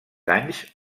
anys